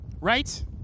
right